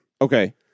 Okay